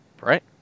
Right